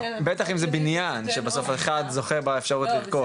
בטח אם זה בניין, שבסוף אחד זוכה באפשרות לרכוש.